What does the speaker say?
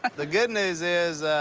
the good news is,